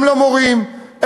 גם למורים,